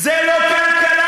זו לא כלכלה.